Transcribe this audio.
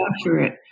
accurate